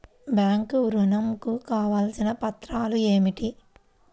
Bank ఋణం కు కావలసిన పత్రాలు ఏమిటి?